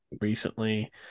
recently